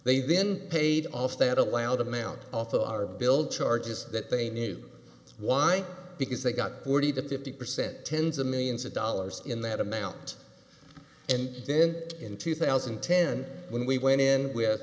they've been paid off that allowed amount off to our billed charges that they knew why because they got forty to fifty percent ten's of millions of dollars in that amount and then in two thousand and ten when we went in with